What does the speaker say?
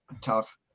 tough